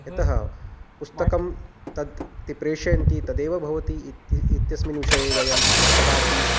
यतः पुस्तकं तत् इति प्रेषयन्ति तदेव भवति इत्य इत्यस्मिन् विषये वयं कदापि